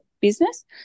business